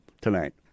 tonight